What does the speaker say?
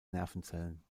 nervenzellen